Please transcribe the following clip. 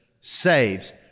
saves